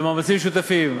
במאמצים משותפים,